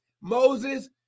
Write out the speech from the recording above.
Moses